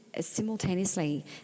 simultaneously